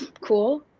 cool